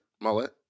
Mullet